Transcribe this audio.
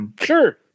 Sure